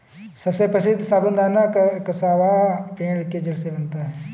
सबसे प्रसिद्ध साबूदाना कसावा पेड़ के जड़ से बनता है